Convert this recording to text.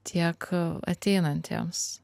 tiek ateinantiems